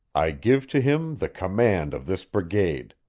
i give to him the command of this brigade.